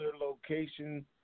location